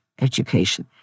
education